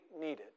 needed